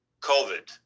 COVID